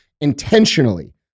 intentionally